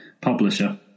publisher